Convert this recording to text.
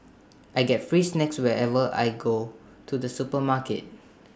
I get free snacks whenever I go to the supermarket